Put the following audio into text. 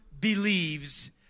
believes